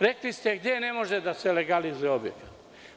Rekli ste – gde ne može da se legalizuje objekat?